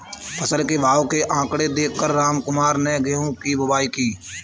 फसल के भाव के आंकड़े देख कर रामकुमार ने गेहूं की बुवाई की